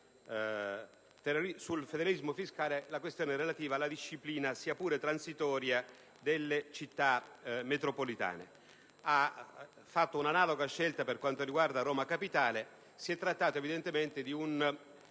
sul federalismo fiscale la questione relativa alla disciplina, sia pur transitoria, delle Città metropolitane, ed ha fatto analoga scelta per quanto riguarda Roma capitale. Si è trattato di un